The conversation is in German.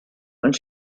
und